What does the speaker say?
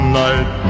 night